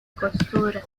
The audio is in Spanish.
costura